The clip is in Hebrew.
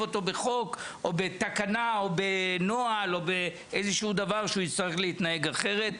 אותו בחוק או בתקנה או בנוהל או באיזה שהוא דבר שהוא יצטרך להתנהג אחרת.